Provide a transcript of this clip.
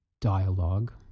dialogue